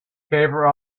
favor